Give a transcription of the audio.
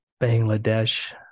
Bangladesh